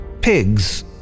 Pigs